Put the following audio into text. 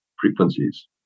frequencies